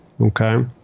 okay